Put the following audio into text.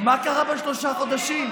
מה קרה בשלושה חודשים?